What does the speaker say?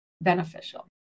beneficial